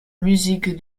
musique